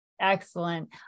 Excellent